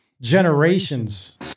generations